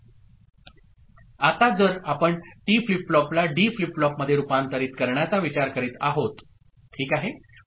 1 D आता जर आपण टी फ्लिप फ्लॉपला डी फ्लिप फ्लॉप मध्ये रूपांतरित करण्याचा विचार करीत आहोत ओके